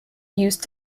used